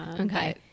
Okay